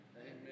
Amen